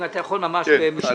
אם אתה יכול ממש במשפט,